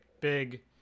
big